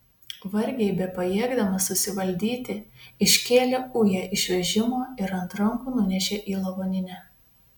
vargiai bepajėgdamas susivaldyti iškėlė ują iš vežimo ir ant rankų nunešė į lavoninę